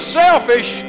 selfish